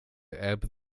ebb